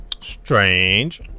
Strange